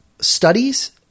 studies